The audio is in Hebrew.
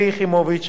שלי יחימוביץ,